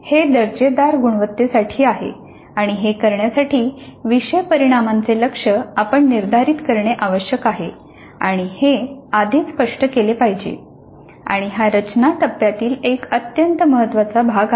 तर हे दर्जेदार गुणवत्तेसाठी आहे आणि हे करण्यासाठी विषय परिणामांचे लक्ष्य आपण निर्धारित करणे आवश्यक आहे आणि हे आधीच स्पष्ट केले पाहिजे आणि हा रचना टप्प्यातील एक अत्यंत महत्वाचा भाग आहे